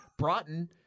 Broughton